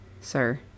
sir